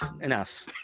Enough